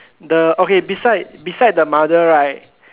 the okay beside beside the mother right